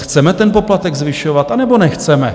Chceme ten poplatek zvyšovat, anebo nechceme?